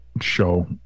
show